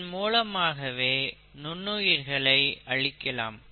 இதன் மூலமாகவே நோய் தொற்று ஏற்படுத்தும் நுண்ணுயிர்களை அழிக்கலாம்